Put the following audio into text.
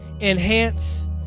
enhance